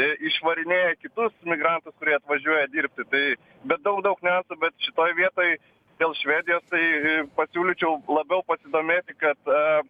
išvarinėja kitus migrantus kurie atvažiuoja dirbti tai bet daug daug niuansų bet šitoj vietoj dėl švedijos tai pasiūlyčiau labiau pasidomėti kad